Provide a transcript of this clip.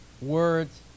words